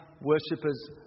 worshippers